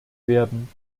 werden